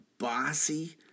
bossy